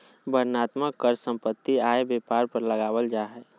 वर्णनात्मक कर सम्पत्ति, आय, व्यापार पर लगावल जा हय